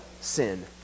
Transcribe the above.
sin